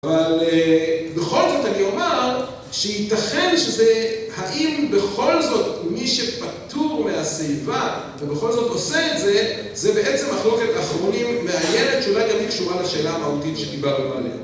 אבל בכל זאת אני אומר שייתכן שזה, האם בכל זאת מי שפטור מהשיבה ובכל זאת עושה את זה, זה בעצם החלוקת האחרונים והילד שאולי גם היא קשורה לשאלה המהותית שדיבר במענה.